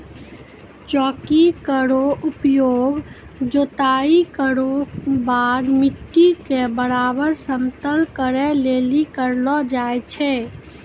चौकी केरो उपयोग जोताई केरो बाद मिट्टी क बराबर समतल करै लेलि करलो जाय छै